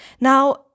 Now